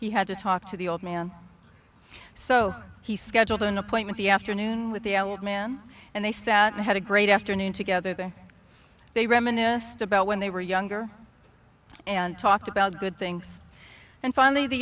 he had to talk to the old man so he scheduled an appointment the afternoon with the isle of man and they sat and had a great afternoon together there they reminisced about when they were younger and talked about good things and finally the